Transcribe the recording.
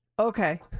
Okay